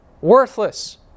worthless